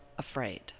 Afraid